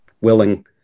willing